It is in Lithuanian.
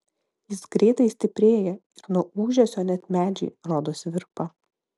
jis greitai stiprėja ir nuo ūžesio net medžiai rodos virpa